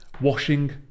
Washing